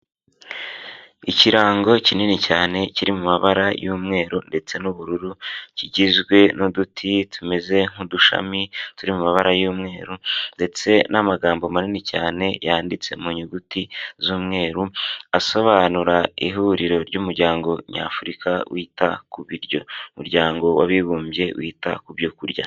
Ikirango kinini cyane kiri mu mabara y'umweru ndetse n'ubururu kigizwe n'uduti tumeze nk'udushami turi mu mabara y'umweru ndetse n'amagambo manini cyane yanditse mu nyuguti z'umweru, asobanura ihuriro ry'umuryango ny'Afurika wita ku biryo, umuryango w'abibumbye wita ku byo kurya.